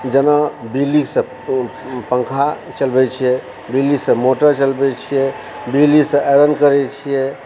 जेना बिजलीसँ पंखा चलबय छियै बिजलीसँ मोटर चलबय छियै बिजलीसँ आइरन करय छियै